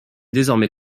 désormais